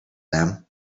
them